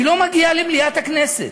היא לא מגיעה למליאת הכנסת.